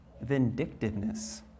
vindictiveness